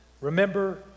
remember